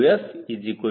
−CP ಇದೇನು P